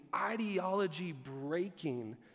ideology-breaking